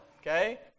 Okay